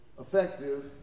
effective